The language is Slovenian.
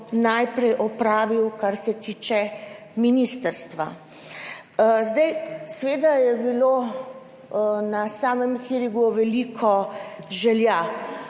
najprej opravil, kar se tiče ministrstva. Zdaj, seveda je bilo na samem hearingu veliko želja,